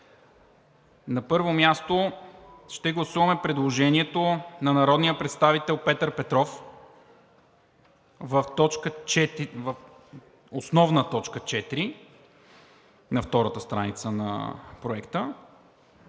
На първо място ще гласуваме предложението на народния представител Петър Петров – в основна т. 4 на втората страница на Проекта